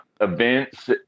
events